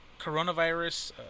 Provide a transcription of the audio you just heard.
coronavirus